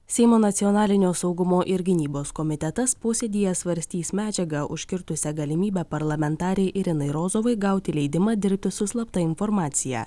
seimo nacionalinio saugumo ir gynybos komitetas posėdyje svarstys medžiagą užkirtusią galimybę parlamentarei irinai rozovai gauti leidimą dirbti su slapta informacija